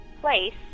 place